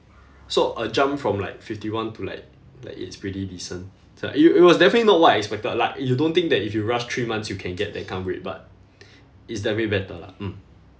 so a jump from like fifty-one to like like it's pretty decent sa~ i~ it was definitely not what I expected like you don't think that if you rush three months you can get that kind of grade but it's definitely better lah mm